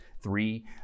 three